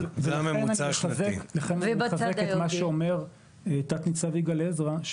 לכן אני מחזק את מה שאומר תנ"צ יגאל עזרא,